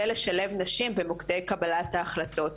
ולשלב נשים במוקדי קבלת ההחלטות.